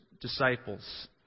disciples